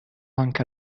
anche